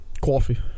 Coffee